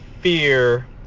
fear